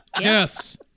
yes